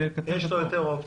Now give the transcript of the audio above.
יש לו יותר אופציות.